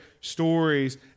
stories